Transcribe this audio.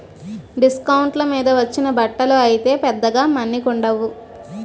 డిస్కౌంట్ల మీద వచ్చిన బట్టలు అయితే పెద్దగా మన్నికుండవు